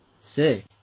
Sick